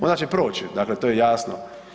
Ona će proći, dakle to je jasno.